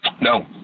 No